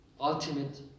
ultimate